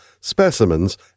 specimens